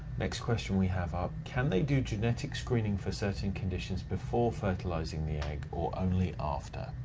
next question we have ah can they do genetic screening for certain conditions before fertilizing the egg, or only after?